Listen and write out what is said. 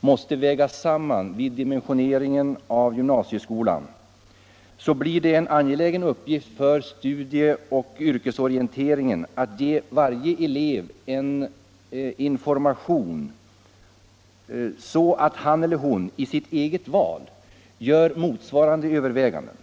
måste vägas samman vid dimensioneringen av gymnasieskolan, blir det en angelägen uppgift inom studieoch yrkesorienteringen att ge varje elev information, så att han eller hon i sitt eget val gör motsvarande överväganden.